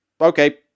Okay